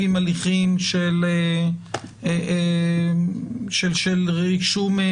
לא לבוא ולהגיד לנו "אנחנו מתקנים את התקנות מטוב ליבנו",